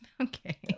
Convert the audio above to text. okay